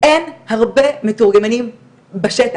אין הרבה מתורגמנים בשטח.